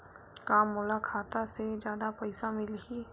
का मोला खाता से जादा पईसा मिलही?